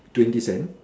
twenty cent